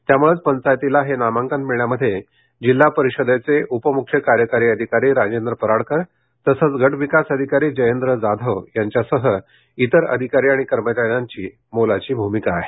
त्याम्ळेच पंचायतीला हे नामांकन मिळण्यामध्ये जिल्हा परिषदेचे उप मुख्य कार्यकारी अधिकारी राजेंद्र पराडकर तसंच गटविकास अधिकारी जयेंद्र जाधव यांच्यासह इतर अधिकारी आणि कर्मचाऱ्यांची मोलाची भूमिका आहे